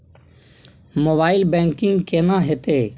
Mobile banking केना हेते?